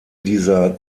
dieser